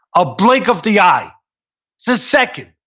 a blink of the eye. it's a second.